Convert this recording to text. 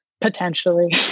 potentially